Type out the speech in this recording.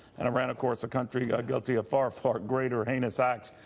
and iran of course, a country guilty of far, far greater heinous acts.